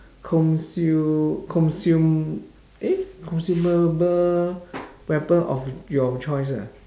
consu~ consume eh consumable weapon of your choice ah